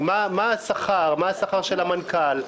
מה שכר המנכ"ל,